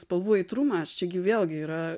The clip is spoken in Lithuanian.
spalvų aitrumas čiagi vėlgi yra